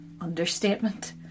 Understatement